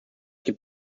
gibt